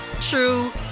true